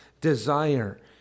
desire